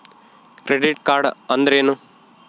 Credit card ಅಂದ್ರೇನು?